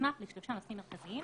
במסמך לשלושה נושאים מרכזיים,